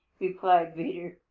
replied peter.